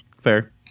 fair